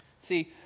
See